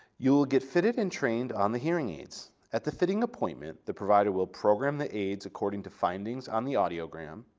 you'll get fitted and trained on the hearing aids. at the fitting appointment, the provider will program the aids according to findings on the audiogram,